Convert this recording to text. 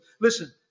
Listen